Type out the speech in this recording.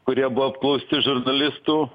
kurie buvo apklausti žurnalistų